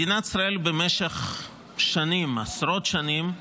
מדינת ישראל במשך שנים, עשרות שנים,